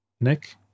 Nick